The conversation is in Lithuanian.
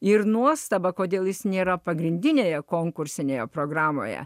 ir nuostabą kodėl jis nėra pagrindinėje konkursinėje programoje